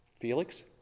Felix